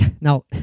now